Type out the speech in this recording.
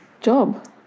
job